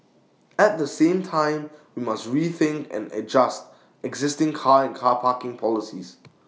at the same time we must rethink and adjust existing car and car parking policies